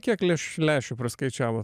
kiek leš lęšių paskaičiavot